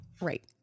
Right